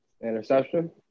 Interception